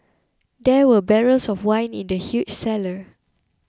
there were barrels of wine in the huge cellar